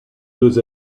deux